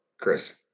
Chris